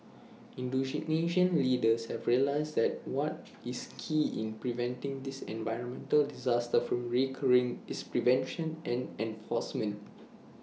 Indonesian leaders have realised that what is key in preventing this environmental disaster from recurring is prevention and enforcement